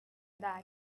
that